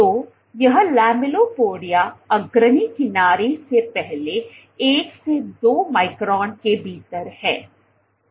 तो यह लैमेलिपोडिया अग्रणी किनारे से पहले 1 से 2 माइक्रोन के भीतर है